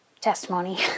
testimony